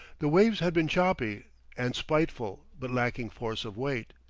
the waves had been choppy and spiteful but lacking force of weight.